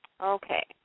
Okay